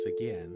again